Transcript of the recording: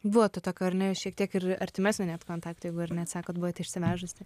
buvo to tokio ar ne šiek tiek ir artimesnio net kontakto jeigu ar net tsakot buvot išsivežus